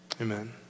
amen